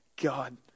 God